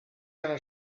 einer